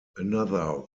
another